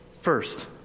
First